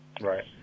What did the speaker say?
Right